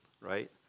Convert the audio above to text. right